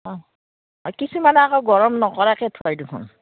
অঁ অঁ কিছুমানে আকৌ গৰম নকৰাকৈ থয় দেখোন